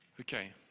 Okay